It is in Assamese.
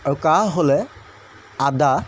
আৰু কাহ হ'লে আদা